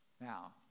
Now